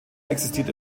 existiert